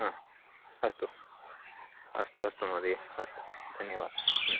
अस्तु अस्तु अस्तु महोदय अस्तु धन्यवादाः